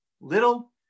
Little